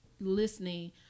listening